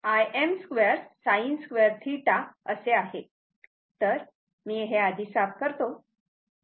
तर मी हे आधी साफ करतो